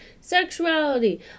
Sexuality